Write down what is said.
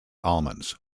almonds